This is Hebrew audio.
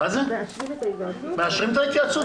מאשרים את ההתייעצות.